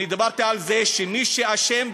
אני דיברתי על זה שמי שאשם,